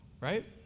Right